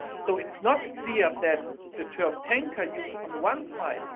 so it's not clear that the term tanker used on the one side,